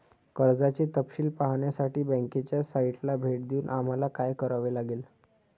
कर्जाचे तपशील पाहण्यासाठी बँकेच्या साइटला भेट देऊन आम्हाला काय करावे लागेल?